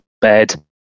bed